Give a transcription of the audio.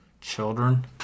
Children